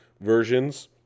versions